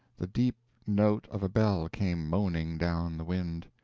the deep note of a bell came moaning down the wind.